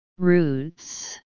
Roots